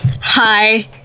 Hi